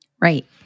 Right